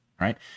right